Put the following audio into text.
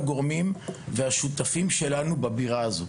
לכל אותם גורמים ושותפים שלנו בבירה הזו.